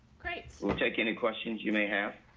great. we'll take any questions you may have.